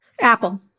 Apple